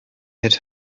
had